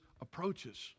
approaches